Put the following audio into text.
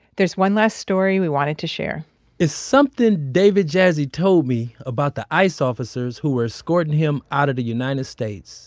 there's one last story we wanted to share it's something david jassy told me about the ice officers who were escorting him out of the united states